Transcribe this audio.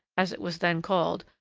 as it was then called,